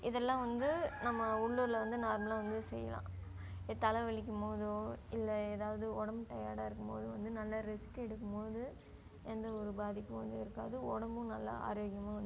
இதெல்லாம் வந்து நம்ம உள்ளூரில் வந்து நார்மலாக வந்து செய்யலாம் இதே தலைவலிக்கும் போதோ இல்லை எதாவது உடம்பு டயர்டாக இருக்கும் போது வந்து நல்லா ரெஸ்ட் எடுக்கும் போது எந்த ஒரு பாதிப்பும் வந்து இருக்காது உடம்பும் நல்லா ஆரோக்கியமாக வந்து